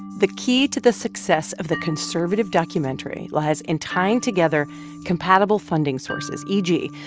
the key to the success of the conservative documentary lies in tying together compatible funding sources e g.